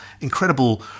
incredible